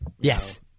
yes